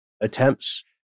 attempts